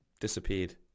disappeared